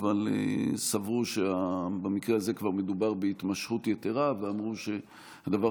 הם סברו שבמקרה הזה מדובר בהתמשכות יתרה ואמרו שהדבר